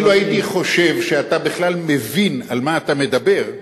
אילו הייתי חושב שאתה בכלל מבין על מה אתה מדבר,